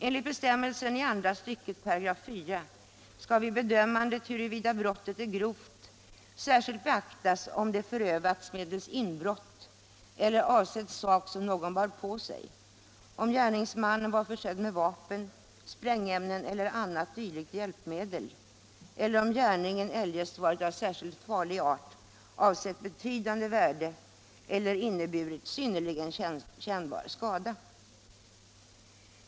Enligt bestämmelsen i 4 § andra stycket skall vid bedömandet huruvida brottet är grovt särskilt beaktas om det förövats medelst inbrott eller avsett sak som någon bar på sig, om gärningsmannen varit försedd med vapen, sprängämnen eller annat dylikt hjälpmedel eller om gärningen eljest varit av särskilt farlig art, avsett betydande värde eller inneburit synnerligen kännbar skada.